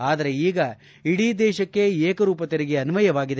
ಆದರೆ ಈಗ ಇಡೀ ದೇಶಕ್ಕೆ ಏಕರೂಪ ತೆರಿಗೆ ಅನ್ವಯವಾಗಿದೆ